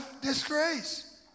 disgrace